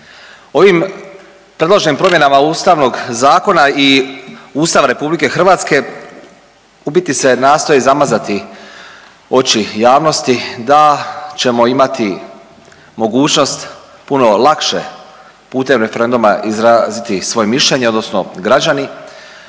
Ovim predloženim promjenama Ustavnog zakona i Ustava RH u biti se nastoje zamazati oči javnosti da ćemo imati mogućnost puno lakše putem referenduma izraziti svoje mišljenje odnosno građani